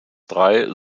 drei